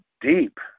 deep